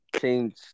change